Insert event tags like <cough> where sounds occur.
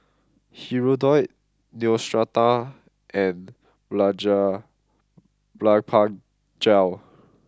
Hirudoid Neostrata and <unintelligible> Blephagel